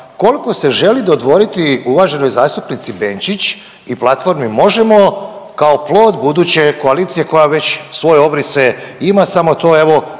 kolko se želi dodvoriti uvaženoj zastupnici Benčić i platformi Možemo! kao plod buduće koalicije koja već svoje obrise ima samo to evo